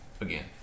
again